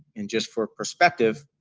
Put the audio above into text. and just for perspective,